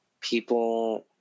people